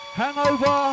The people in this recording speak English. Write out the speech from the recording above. hangover